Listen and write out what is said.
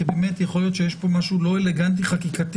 כי יכול להיות שיש פה משהו לא אלגנטי חקיקתית,